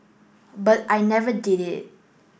but I never did it